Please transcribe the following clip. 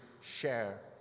share